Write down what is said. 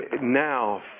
now